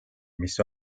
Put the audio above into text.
mis